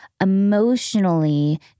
emotionally